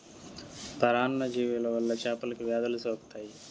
పరాన్న జీవుల వల్ల చేపలకు వ్యాధులు సోకుతాయి